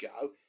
go